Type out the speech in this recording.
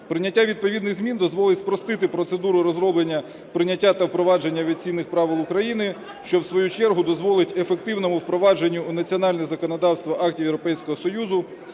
Прийняття відповідних змін дозволить спростити процедуру розроблення, прийняття та впровадження авіаційних правил України, що в свою чергу дозволить ефективному впровадженню в національне законодавство актів Європейського Союзу